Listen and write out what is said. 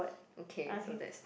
okay so that's